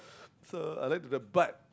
so I like to the but